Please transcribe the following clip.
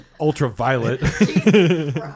ultraviolet